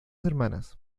hermanas